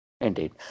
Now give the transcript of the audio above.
Indeed